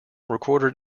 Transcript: recorded